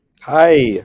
Hi